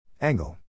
Angle